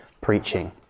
preaching